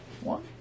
One